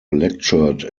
lectured